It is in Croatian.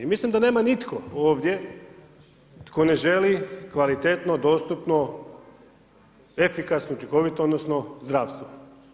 Mislim da nema nitko ovdje tko ne želi kvalitetno, dostupno efikasno, učinkovito, odnosno zdravstvo.